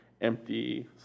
empty